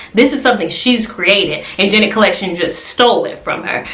this is something she's created and janet collection just stole it from her.